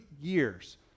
years